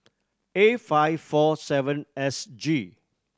A five four seven S G